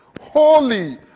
holy